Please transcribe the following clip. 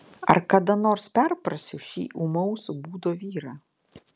ar kada nors perprasiu šį ūmaus būdo vyrą